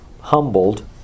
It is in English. humbled